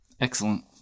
Excellent